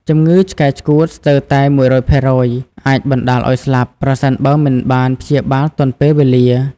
ជំងឺឆ្កែឆ្កួតស្ទើរតែ ១០០% អាចបណ្តាលឱ្យស្លាប់ ប្រសិនបើមិនបានព្យាបាលទាន់ពេលវេលា។